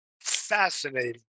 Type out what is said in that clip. fascinating